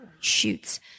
Shoots